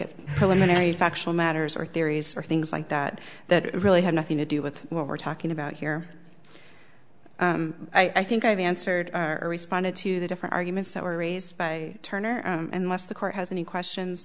eliminating factual matters or theories or things like that that really have nothing to do with what we're talking about here i think i've answered or responded to the different arguments that were raised by turner unless the court has any questions